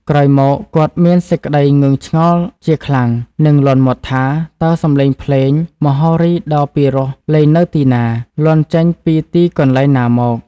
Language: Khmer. ក្រោយមក គាត់មានសេចក្តីងឿងឆ្ងល់ជាឋ្លាំដ និងលាន់មាត់ថា តើសំលេងភ្លេង មហោរីដ៏ពីរោះលេងនៅទីណា? លាន់ចេញពីទីកន្លែងណាមក? ។